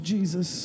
Jesus